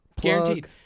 Guaranteed